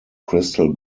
crystal